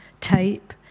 type